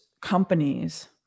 companies